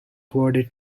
poorly